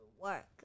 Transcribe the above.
work